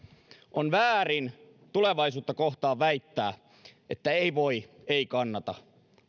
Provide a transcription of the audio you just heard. on väärin tulevaisuutta kohtaan väittää että ei voi ei kannata